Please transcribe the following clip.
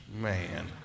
Man